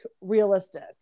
realistic